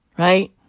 Right